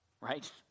Right